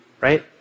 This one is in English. Right